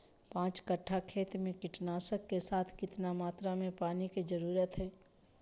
पांच कट्ठा खेत में कीटनाशक के साथ कितना मात्रा में पानी के जरूरत है?